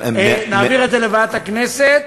נעביר את זה לוועדת הכנסת,